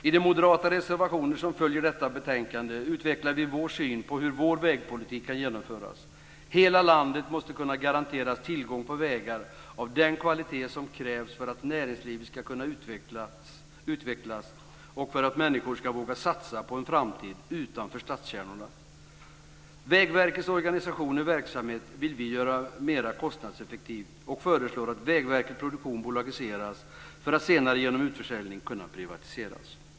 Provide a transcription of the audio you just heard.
I de moderata reservationer som följer betänkandet utvecklar vi vår syn på hur vår vägpolitik kan genomföras. Hela landet måste kunna garanteras tillgång till vägar av den kvalitet som krävs för att näringslivet ska kunna utvecklas och för att människor ska våga satsa på en framtid utanför stadskärnorna. Vi vill göra Vägverkets organisation och verksamhet mer kostnadseffektiv, och föreslår att Vägverket Produktion bolagiseras för att senare genom utförsäljning kunna privatiseras.